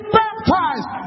baptized